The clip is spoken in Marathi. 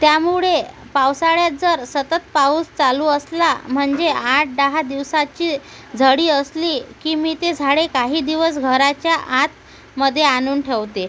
त्यामुळे पावसाळ्यात जर सतत पाऊस चालू असला म्हणजे आठदहा दिवसाची झडी असली की मी ती झाडे काही दिवस घराच्या आतमध्ये आणून ठेवते